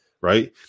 Right